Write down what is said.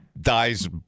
dies